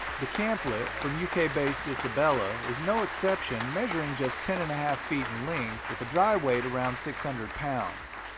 the camp-let from uk-based isabella is no exception, measuring just ten and a half feet in length with a dry weight around six hundred pounds.